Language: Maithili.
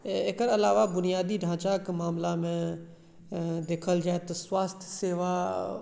एकर अलावा बुनियादी ढाँचा के मामला मे देखल जाय तऽ स्वास्थ्य सेवा